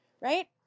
right